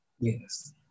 Yes